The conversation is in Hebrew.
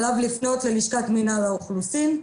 עליו לפנות ללשכת מינהל האוכלוסין,